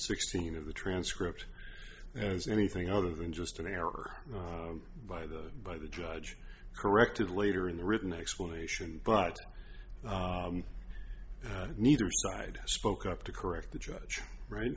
sixteen of the transcript as anything other than just an error by the by the judge corrected later in the written explanation but neither side spoke up to correct the judge right